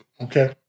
okay